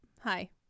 Hi